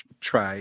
try